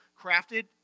crafted